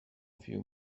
few